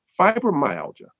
fibromyalgia